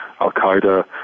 Al-Qaeda